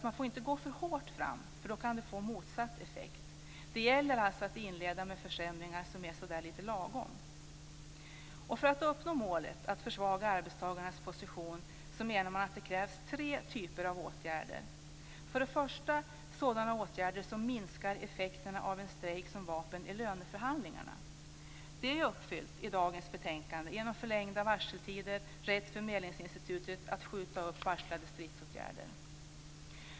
Man får inte gå för hårt fram, eftersom det kan få motsatt effekt. Det gäller alltså att inleda med försämringar som är lite lagom. För att uppnå målet att försvaga arbetstagarnas position menar man att det krävs tre typer av åtgärder. För det första är det sådana åtgärder som minskar effekterna av en strejk som vapen i löneförhandlingarna. Det är uppfyllt i dagens betänkande genom förlängda varseltider och rätt för medlingsinstitutet att skjuta upp varslade stridsåtgärder.